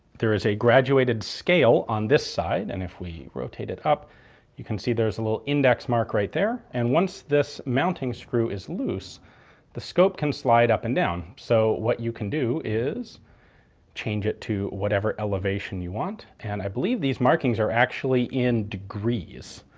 there is a graduated scale on this side, and if we rotate it up you can see there's a little index mark right there. and once this mounting screw is loose the scope can slide up and down, so what you can do is change it to whatever elevation you want. and i believe these markings are actually in degrees.